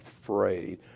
afraid